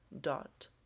dot